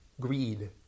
greed